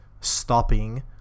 stopping